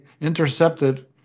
intercepted